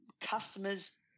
customers